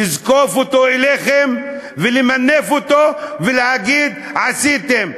לזקוף אותו לזכותכם, למנף אותו להגיד: עשינו.